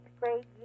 grade